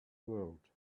world